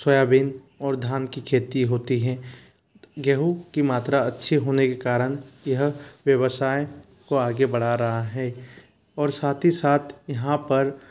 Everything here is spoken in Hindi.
सोयाबीन और धान की खेती होती है गेहूं की मात्रा अच्छी होने कारण यह व्यवसाय को आगे बढ़ा रहा है और साथ ही साथ यहाँ पर